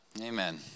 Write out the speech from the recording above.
Amen